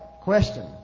question